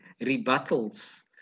rebuttals